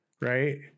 Right